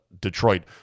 Detroit